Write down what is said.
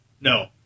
No